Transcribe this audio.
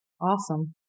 Awesome